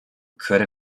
could